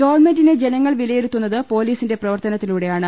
ഗവൺമെന്റിനെ ജനങ്ങൾ വിലയിരുത്തുന്നത് പൊലീ സിന്റെ പ്രവർത്തനത്തിലൂടെയാണ്